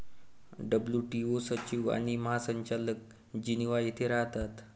WTO सचिव आणि महासंचालक जिनिव्हा येथे राहतात